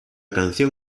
canción